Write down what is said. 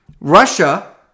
Russia